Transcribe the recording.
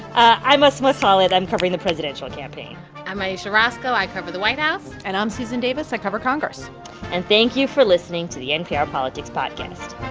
i'm asma khalid. i'm covering the presidential campaign i'm ayesha rascoe. i cover the white house and i'm susan davis. i cover congress and thank you for listening to the npr politics podcast